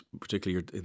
particularly